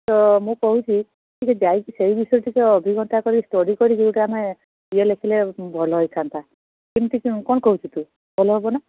ତ ମୁଁ କହୁଚି ଟିକେ ଯାଇକି ସେହି ବିଷୟରେ ଅଭିଜ୍ଞତା କରି ଷ୍ଟଡି କରି ଯଦି ଆମେ ଇଏ ଲେଖିଲେ ଭଲ ହୋଇଥାନ୍ତା କେମିତି କ'ଣ କହୁଛୁ ତୁ ଭଲ ହେବନା